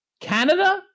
Canada